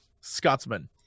Scotsman